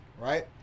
right